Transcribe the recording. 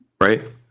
right